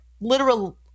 literal